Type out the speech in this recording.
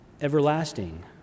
everlasting